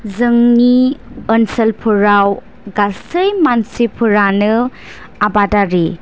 जोंनि ओनसोलफोराव गासै मानसिफोरानो आबादारि